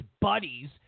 buddies